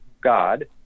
God